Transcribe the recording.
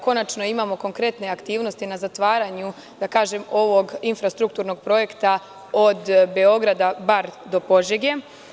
Konačno imamo konkretne aktivnosti na zatvaranju, da kažem ovog infrastrukturnog projekta od Beograda bar do Požege.